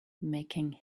making